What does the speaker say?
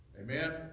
Amen